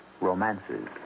romances